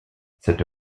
cette